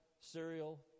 cereal